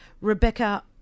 Rebecca